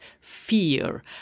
fear